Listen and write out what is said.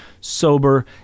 sober